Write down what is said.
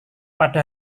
pada